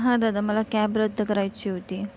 हां दादा मला कॅब रद्द करायची होती